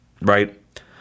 right